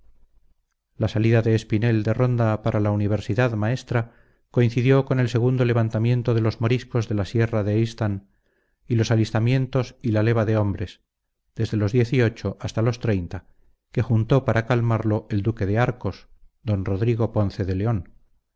la salida de espinel de ronda para la universidad maestra coincidió con el segundo levantamiento de los moriscos de la sierra de istan y los alistamientos y la leva de hombres desde los hasta los años que juntó para calmarlo el duque de arcos don rodrigo ponce de león